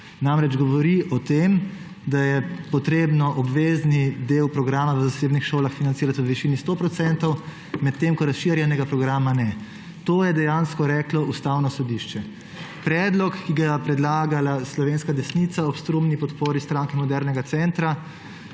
namreč o tem, da je potrebno obvezni del programa v zasebnih šolah financirati v višini 100 %, medtem ko razširjenega programa ne. To je dejansko reklo Ustavno sodišče. Predlog, ki ga je predlagala slovenska desnica ob strumni podpori Stranke modernega centra,